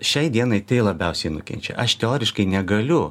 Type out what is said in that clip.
šiai dienai tai labiausiai nukenčia aš teoriškai negaliu